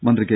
മന്ത്രി കെ